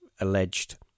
alleged